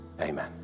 Amen